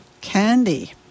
candy